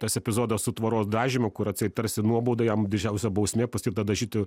tas epizodas su tvoros dažymu kur atseit tarsi nuobauda jam didžiausia bausmė paskirta dažyti